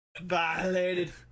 Violated